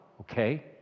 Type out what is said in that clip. okay